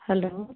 hello